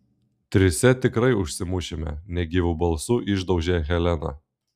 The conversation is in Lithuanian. trise tikrai užsimušime negyvu balsu išdaužė helena